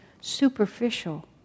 superficial